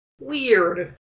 Weird